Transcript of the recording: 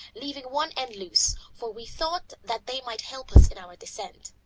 leaving one end loose, for we thought that they might help us in our descent.